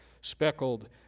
speckled